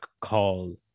call